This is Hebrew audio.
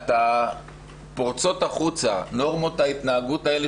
כשפורצות החוצה נורמות ההתנהגות האלה